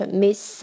miss